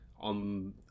on